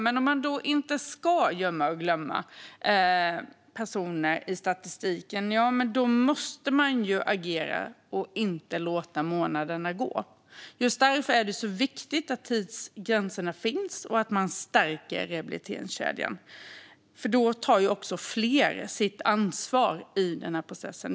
Men om man inte ska gömma och glömma personer i statistiken måste man agera och inte låta månaderna gå. Just därför är det så viktigt att tidsgränserna finns och att man stärker rehabiliteringskedjan. Då tar också fler sitt ansvar i processen.